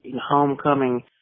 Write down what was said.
homecoming